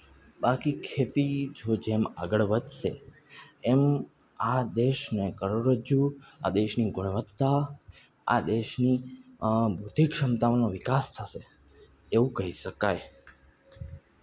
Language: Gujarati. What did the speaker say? બાકી ખેતી જો જેમ આગળ વધશે એમ આ દેશને કરોડરજ્જુ આ દેશની ગુણવત્તા આ દેશની બૌદ્ધિક ક્ષમતાઓનો વિકાસ થશે એવું કહી શકાય